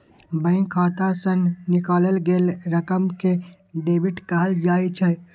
bank खाता सं निकालल गेल रकम कें डेबिट कहल जाइ छै